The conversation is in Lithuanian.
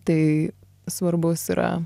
tai svarbus yra